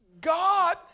God